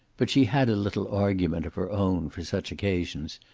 but she had a little argument of her own, for such occasions,